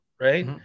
Right